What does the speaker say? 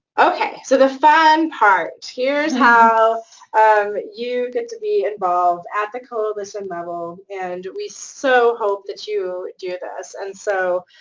okay. so the fun part. here's how um you get to be involved at the coalition level, and we so hope that you do this, and so